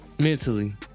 Mentally